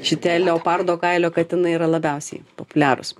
šitie leopardo kailio katinai yra labiausiai populiarūs